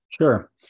Sure